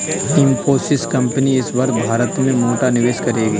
Infosys company इस वर्ष भारत में मोटा निवेश करेगी